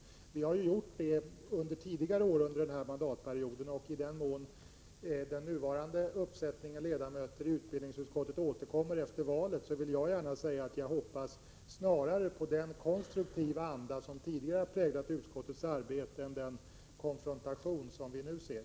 Sådana har träffats tidigare under denna mandatperiod, och jag vill gärna säga att jag inför framtiden hoppas på den konstruktiva anda som tidigare har präglat utskottsarbetet, i stället för den konfrontation som vi nu ser.